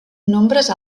nombres